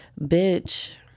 Bitch